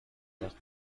درخت